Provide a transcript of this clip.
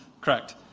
Correct